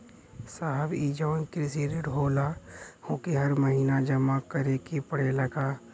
साहब ई जवन कृषि ऋण होला ओके हर महिना जमा करे के पणेला का?